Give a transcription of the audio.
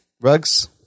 Rugs